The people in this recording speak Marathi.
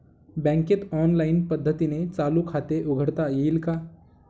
बँकेत ऑनलाईन पद्धतीने चालू खाते उघडता येईल का?